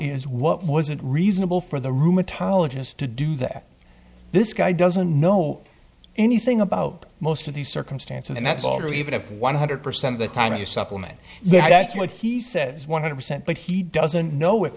is what wasn't reasonable for the rheumatologist to do that this guy doesn't know anything about most of these circumstances and that's all true even if one hundred percent of the time you supplement yeah that's what he says one hundred percent but he doesn't know